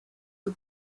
the